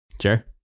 Sure